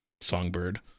Songbird